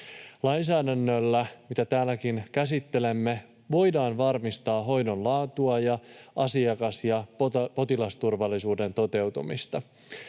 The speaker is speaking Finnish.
Lainsäädännöllä, mitä täälläkin käsittelemme, voidaan varmistaa hoidon laatua ja asiakas- ja potilasturvallisuuden toteutumista.